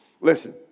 listen